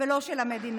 ולא של המדינה.